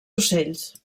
ocells